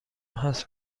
هست